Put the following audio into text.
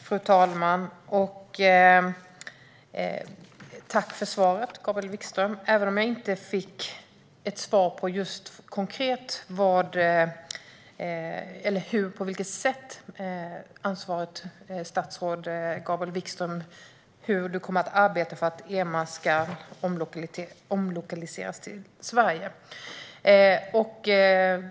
Fru talman! Tack för svaret, Gabriel Wikström, även om jag inte fick något konkret svar på hur ansvarigt statsråd kommer att arbeta för att EMA ska omlokaliseras till Sverige.